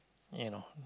you know